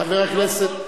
חבר הכנסת,